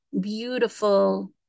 beautiful